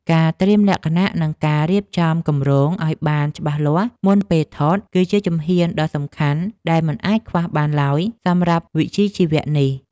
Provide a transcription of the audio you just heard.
ការត្រៀមលក្ខណៈ និងការរៀបចំគម្រោងឱ្យបានច្បាស់លាស់មុនពេលថត គឺជាជំហានដ៏សំខាន់ដែលមិនអាចខ្វះបានឡើយសម្រាប់វិជ្ជាជីវៈនេះ។